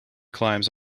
climbs